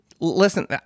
Listen